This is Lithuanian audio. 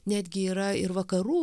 netgi yra ir vakarų